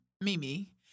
Mimi